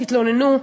תתלוננו,